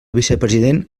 vicepresident